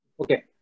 Okay